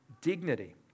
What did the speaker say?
dignity